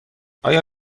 آیا